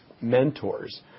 mentors